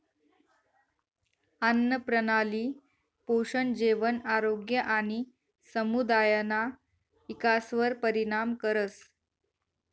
आन्नप्रणाली पोषण, जेवण, आरोग्य आणि समुदायना इकासवर परिणाम करस